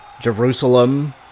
Jerusalem